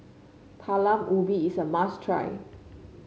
Talam Ubi is a must try